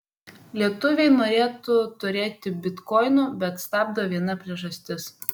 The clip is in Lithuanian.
lietuviai norėtų turėti bitkoinų bet stabdo viena priežastis